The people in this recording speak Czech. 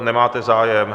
Nemáte zájem.